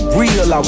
real